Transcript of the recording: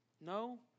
No